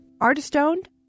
artist-owned